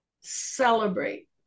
celebrate